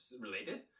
related